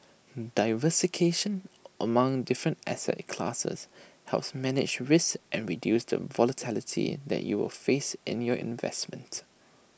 diversification among different asset classes helps manage risk and reduce the volatility that you will face in your investments